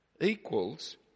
equals